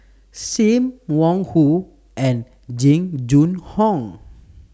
SIM Wong Hoo and Jing Jun Hong